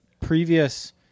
previous